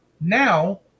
now